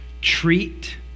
treat